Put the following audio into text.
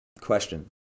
question